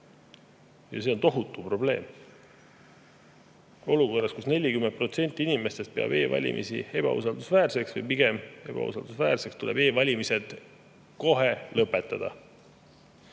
See on tohutu probleem. Olukorras, kus 40% inimestest peab e‑valimisi ebausaldusväärseks või pigem ebausaldusväärseks, tuleb e‑valimised kohe lõpetada.